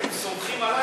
לא, תמשיכי לדבר.